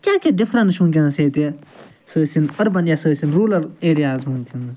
کیٛاہ کیٛاہ ڈِفریٚنٕس چھِ وُنٛکیٚس ییٚتہِ سُہ ٲسِن أربَن یا سُہ ٲسِن روٗلَر ایرِیاز وُنٛکیٚس